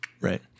right